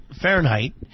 Fahrenheit